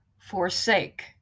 Forsake